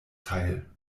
teil